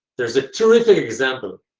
there's a terrific example.